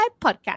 podcast